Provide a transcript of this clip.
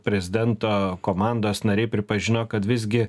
prezidento komandos nariai pripažino kad visgi